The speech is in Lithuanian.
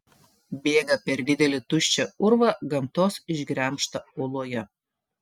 bėga per didelį tuščią urvą gamtos išgremžtą uoloje